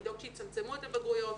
לדאוג שיצמצמו את הבגרויות,